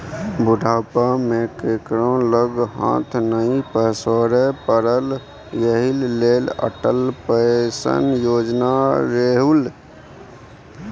बुढ़ापा मे केकरो लग हाथ नहि पसारै पड़य एहि लेल अटल पेंशन योजना लेलहु